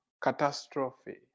catastrophe